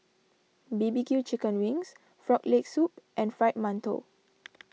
B B Q Chicken Wings Frog Leg Soup and Fried Mantou